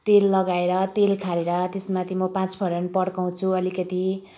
तेल लगाएर तेल खारेर त्यसमाथि म पाँचफरन पड्काउँछु अलिकति